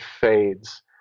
fades